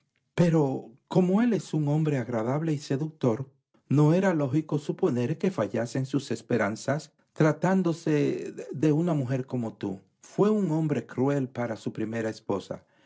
pero como él es un hombre agradable y seductor no era lógico suponer que fallasen sus esperanzas tratándose de una mujer como tú fué un hombre cruel para su primera esposa